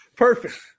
Perfect